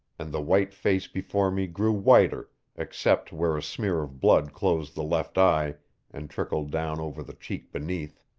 and the white face before me grew whiter except where a smear of blood closed the left eye and trickled down over the cheek beneath.